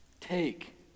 Take